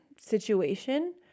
situation